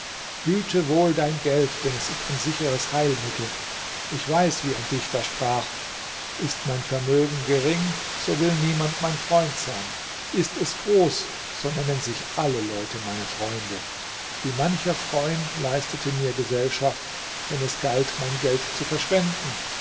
hüte wohl dein geld denn es ist ein sicheres heilmittel ich weiß wie ein dichter sprach ist mein vermögen gering so will niemand mein freund sein ist es groß so nennen sich alle leute meine freunde wie mancher freund leistete mir gesellschaft wenn es galt mein geld zu verschwenden